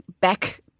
back